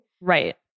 Right